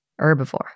Herbivore